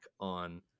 on